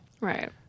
Right